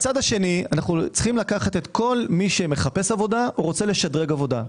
מצד שני אנו צריכים לקחת את כל מי שמחפש עבודה או רוצה לשדרג עבודה.